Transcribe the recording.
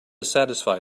satisfy